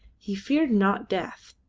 he feared not death,